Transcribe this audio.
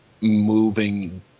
moving